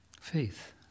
Faith